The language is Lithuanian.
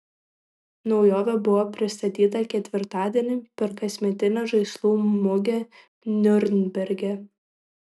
naujovė buvo pristatyta ketvirtadienį per kasmetinę žaislų mugę niurnberge